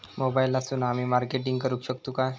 मोबाईलातसून आमी मार्केटिंग करूक शकतू काय?